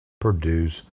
produce